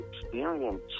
experience